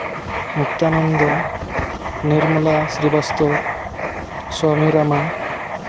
Muktananda Nirmala Srivastav ᱥᱚᱢᱤᱨᱚᱢᱟ